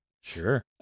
Sure